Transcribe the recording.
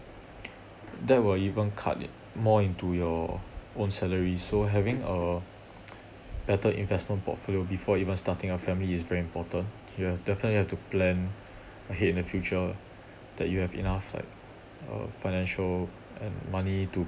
that will even cut it more into your own salary so having a better investment portfolio before even starting a family is very important you definitely have to plan ahead in the future that you have enough like uh financial and money to